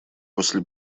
после